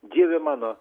dieve mano